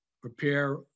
prepare